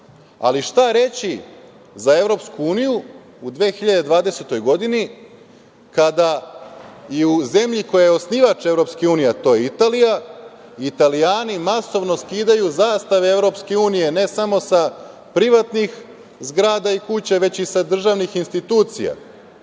Ali, šta reći za EU u 2020. godini, kada i u zemlji koja je osnivač EU, a to je Italija, Italijani masovno skidaju zastave EU ne samo sa privatnih zgrada i kuća, već i sa državnih institucija,